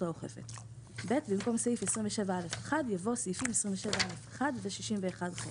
האוכפת"; במקום "סעיף 27א1" יבוא "סעיפים 27א1 ו-61ח".